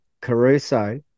Caruso